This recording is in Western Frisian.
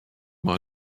mei